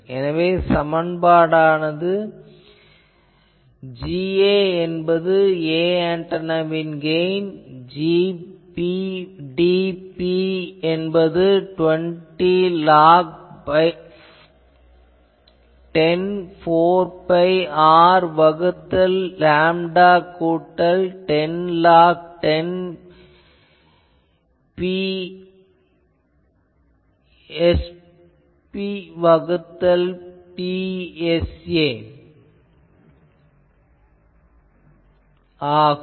எனவே சமன்பாடானது Ga என்பது 'a' ஆன்டெனாவின் கெயின் கூட்டல் Gb dB என்பது 20log10 4 பை R வகுத்தல் லேம்டா கூட்டல் 10log10 Prb வகுத்தல் Pra ஆகும்